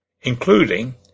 including